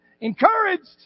encouraged